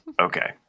Okay